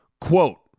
Quote